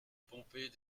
pompée